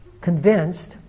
convinced